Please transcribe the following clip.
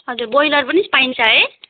हजुर ब्रोइलर पनि पाइन्छ है